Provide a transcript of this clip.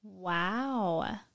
Wow